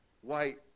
white